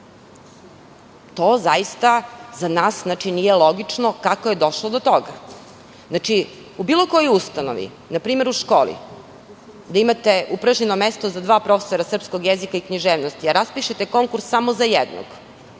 To zaista za nas nije logično kako je došlo do toga.U bilo kojoj ustanovi, na primer u školi, da imate upražnjeno mesto za dva profesora srpskog jezika i književnosti, a raspišete konkurs samo za jednog,